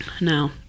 No